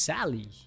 Sally